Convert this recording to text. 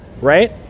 Right